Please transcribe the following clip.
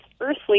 earthly